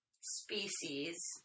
species